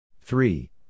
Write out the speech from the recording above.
three